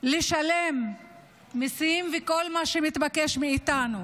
לשלם מיסים וכל מה שמתבקש מאיתנו,